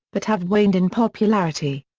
but have waned in popularity.